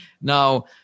Now